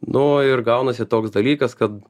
nu ir gaunasi toks dalykas kad